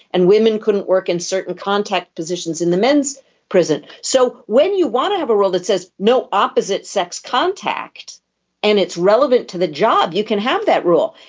and women couldn't work in certain contact positions in the men's prison. so when you want to have a rule that says no opposite sex contact and it's relevant to the job you can have that rule.